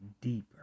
deeper